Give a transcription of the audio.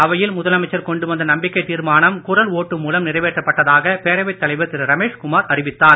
அவையில் முதலமைச்சர் கொண்டு வந்த நம்பிக்கை தீர்மானம் குரல் ஓட்டு மூலம் நிறைவேற்றப்பட்டதாக பேரவைத் தலைவர் திரு ரமேஷ்குமார் அறிவித்தார்